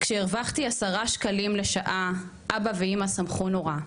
כשהרווחתי 10 שקלים לשעה, אבא ואמא שמחו נורא.